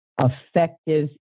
effective